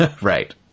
Right